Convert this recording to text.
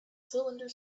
cylinder